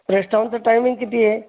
रेस्टॉरंटचं timing किती आहे